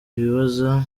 abibaza